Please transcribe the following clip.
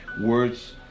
words